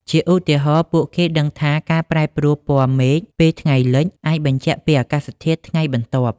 ជាឧទាហរណ៍ ពួកគេដឹងថា ការប្រែប្រួលពណ៌មេឃពេលថ្ងៃលិច អាចបញ្ជាក់ពីអាកាសធាតុថ្ងៃបន្ទាប់។